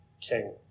king